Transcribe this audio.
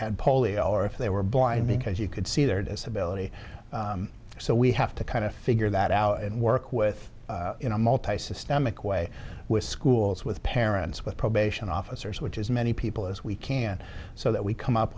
had polio or if they were blind because you could see their disability so we have to kind of figure that out and work with in a multi systemic way with schools with parents with probation officers which is many people as we can so that we come up